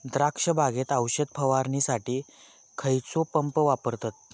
द्राक्ष बागेत औषध फवारणीसाठी खैयचो पंप वापरतत?